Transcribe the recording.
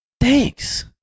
thanks